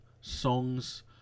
songs